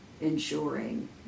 ensuring